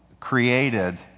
Created